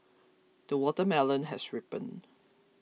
the watermelon has ripened